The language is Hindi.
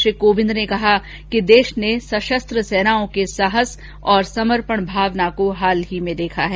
श्री कोविंद ने कहा कि देश ने सशस्त्र सेनाओं के साहस और समर्पण भावना को हाल में देखा है